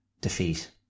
defeat